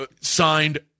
signed